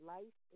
Life